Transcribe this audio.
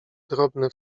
drobne